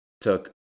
took